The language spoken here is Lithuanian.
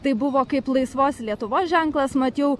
tai buvo kaip laisvos lietuvos ženklas mat jau